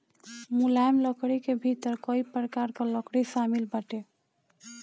मुलायम लकड़ी के भीतर कई प्रकार कअ लकड़ी शामिल बाटे